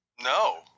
No